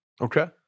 Okay